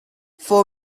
four